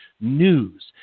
news